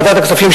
ועדת הכספים,